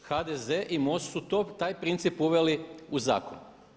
HDZ i MOST su taj princip uveli u zakon.